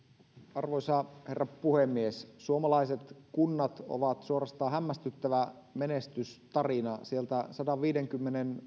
arvoisa herra puhemies suomalaiset kunnat ovat suorastaan hämmästyttävä menestystarina sieltä sadanviidenkymmenen